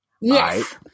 Yes